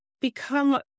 become